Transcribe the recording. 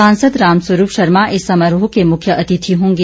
सांसद राम स्वरूप शर्मा इस समारोह के मुख्य अतिथि होंगे